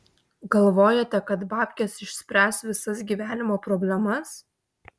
galvojate kad babkės išspręs visas gyvenimo problemas